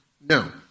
No